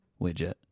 widget